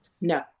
No